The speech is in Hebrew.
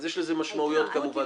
אז יש לזה משמעויות בתוצאות.